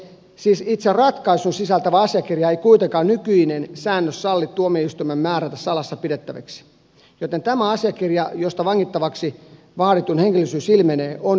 siis itse ratkaisun sisältävää asiakirjaa ei kuitenkaan nykyinen säännös salli tuomioistuimen määrätä salassa pidettäväksi joten tämä asiakirja josta vangittavaksi vaaditun henkilöllisyys ilmenee on julkinen